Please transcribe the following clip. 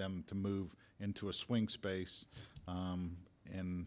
them to move into a swing space in